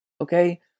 okay